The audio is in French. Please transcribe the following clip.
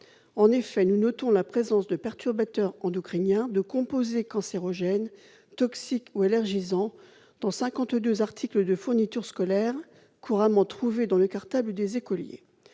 En effet, nous notons la présence de perturbateurs endocriniens, de composés cancérogènes, toxiques ou allergisants dans cinquante-deux articles de fournitures scolaires couramment trouvés dans le cartable des écoliers